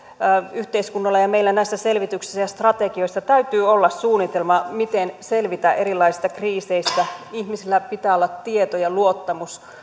yhteiskunnalla ja meillä näissä selvityksissä ja strategioissa täytyy olla suunnitelma miten selvitään erilaisista kriiseistä ihmisillä pitää olla tieto ja luottamus